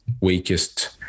weakest